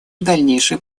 дальнейший